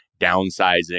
downsizing